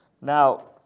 Now